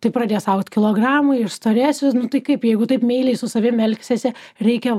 tai pradės augt kilogramai išstorėsiu nu tai kaip jeigu taip meiliai su savim elgsiesi reikia